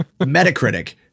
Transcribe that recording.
Metacritic